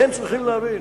הם צריכים להבין